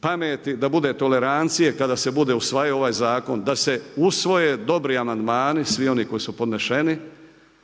pameti, da bude tolerancije kada se bude usvajao ovaj zakon, da se usvoje dobri amandmani, svi oni koji su podneseni.